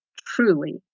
truly